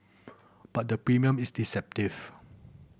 but the premium is deceptive